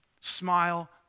Smile